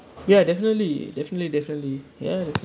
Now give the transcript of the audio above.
ya definitely definitely definitely ya definitely